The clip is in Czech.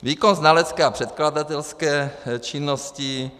Výkon znalecké a předkladatelské činnosti.